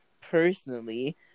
personally